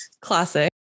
classic